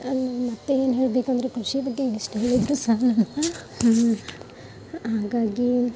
ಅಲ್ಲೇ ಮತ್ತು ಏನು ಹೇಳಬೇಕಂದ್ರೆ ಕೃಷಿ ಬಗ್ಗೆ ಎಷ್ಟು ಹೇಳಿದರೂ ಸಾಲಲ್ಲ ಹಾಗಾಗಿ